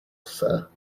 sir